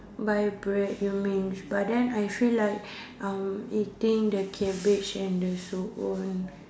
buy bread you mean but then I feel like uh eating the cabbage and the suun